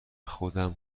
خودم